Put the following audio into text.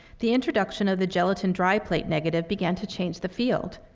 the introduction of the gelatin dry plate negative began to change the field.